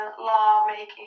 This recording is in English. Lawmaking